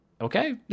okay